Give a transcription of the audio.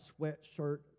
sweatshirt